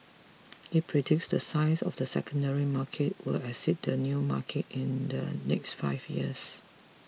he predicts the size of the secondary market will exceed the new market in the next five years